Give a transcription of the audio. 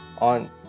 on